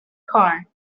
car